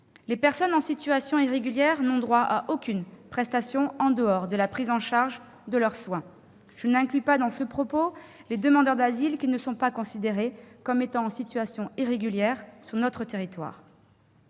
Les personnes en situation irrégulière n'ont droit à aucune prestation en dehors de la prise en charge de leurs soins. Je n'inclus pas dans ce propos les demandeurs d'asile, qui ne sont pas considérés comme étant en situation irrégulière sur notre territoire.